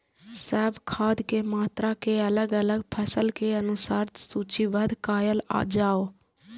सब खाद के मात्रा के अलग अलग फसल के अनुसार सूचीबद्ध कायल जाओ?